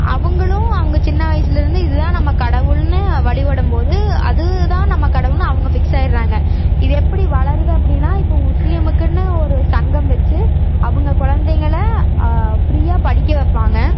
அவர்களும் அவங்க சின்ன வயசுலேருந்து இது தான் நம்ம கடவுள்னு வழிபடும் போது அது தான் நம்ம கடவுள்னு அவங்க ஃபிக்ஸ் ஆயிடறாங்க இது எப்படி வளருது அப்படினா இப்போ முஸ்லீமுக்குனு ஒரு சங்கம் வச்சு அவங்க குழந்தைகள ஃப்ரீயாக படிக்க வைப்பாங்க